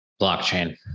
Blockchain